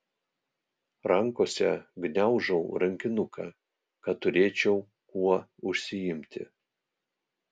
rankose gniaužau rankinuką kad turėčiau kuo užsiimti